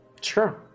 Sure